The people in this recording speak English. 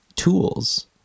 tools